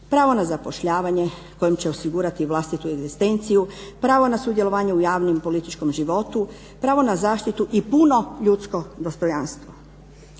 pravo na zapošljavanje kojim će osigurati vlastitu egzistenciju, pravo na sudjelovanje u javnom političkom životu, pravo na zaštitu i puno ljudsko dostojanstvo.